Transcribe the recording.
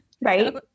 right